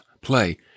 play